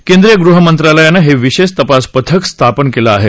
केंद्रिय गृह मंत्रालयानं हे विशेष तपास पथक स्थापन केलं आहे